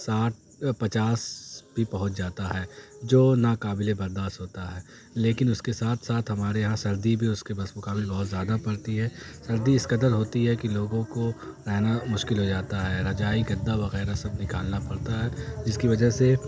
ساٹھ پچاس بھی پہنچ جاتا ہے جو نا قابل برداشت ہوتا ہے لیکن اس کے ساتھ ساتھ ہمارے یہاں سردی بھی اس کے بمقابل بہت زیادہ پڑتی ہے سردی اس قدر ہوتی ہے کہ لوگوں کو رہنا مشکل ہو جاتا ہے رجائی گدا وغیرہ سب نکالنا پڑتا ہے جس کی وجہ سے